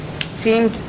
seemed